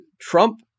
Trump